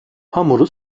hamuru